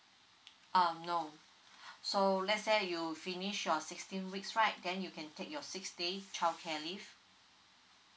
uh no so let's say you finish your sixteen weeks right then you can take your six days childcare leave